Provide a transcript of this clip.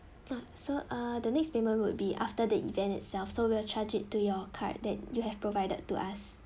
ah so uh the next payment would be after the event itself so we will charge it to your card that you have provided to us